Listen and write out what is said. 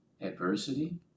adversity